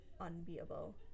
unbeatable